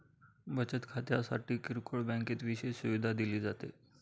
बचत खात्यासाठी किरकोळ बँकेत विशेष सुविधा दिली जाते